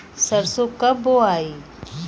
सरसो कब बोआई?